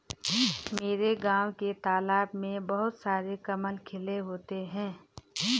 मेरे गांव के तालाब में बहुत सारे कमल खिले होते हैं